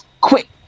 quick